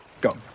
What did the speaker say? Go